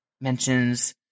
mentions